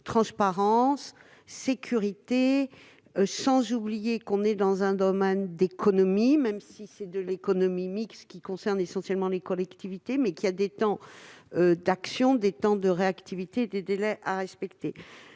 transparence et sécurité, sans oublier qu'il s'agit d'économie, même si c'est de l'économie mixte, qui concerne essentiellement les collectivités. Il y a donc des temps d'action, des temps de réactivité, des délais à respecter.